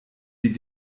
die